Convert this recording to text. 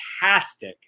fantastic